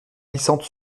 glissante